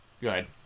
Good